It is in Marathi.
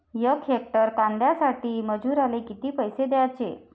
यक हेक्टर कांद्यासाठी मजूराले किती पैसे द्याचे?